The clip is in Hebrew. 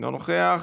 אינו נוכח,